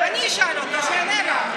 אני אשאל אותו, שיענה לך.